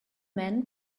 man